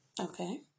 Okay